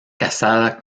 casada